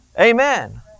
Amen